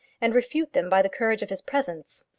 and refute them by the courage of his presence.